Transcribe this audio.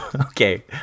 Okay